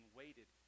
waited